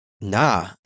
Nah